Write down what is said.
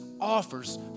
offers